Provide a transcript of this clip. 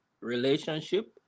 relationship